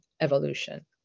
evolution